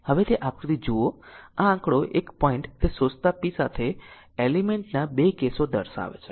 હવે તે આકૃતિ જુઓ આ આંકડો એક પોઈન્ટ તે શોષતા p સાથે એલિમેન્ટ ના 2 કેસો દર્શાવે છે